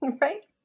Right